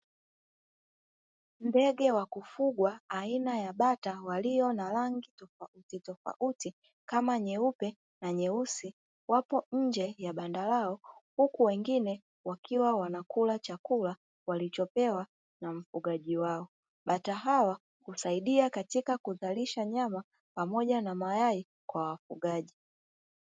Ndege wa kufugwa aina ya bata walio na rangi tofautitofauti kama nyeupe na nyeusi wapo nje ya banda lao huku wengine wakiwa wanakula chakula walichopewa na mfugaji wao. Bata hawa husaidia katika kuzalisha nyama pamoja na mayai kwa wafugaji.